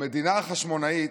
המדינה החשמונאית,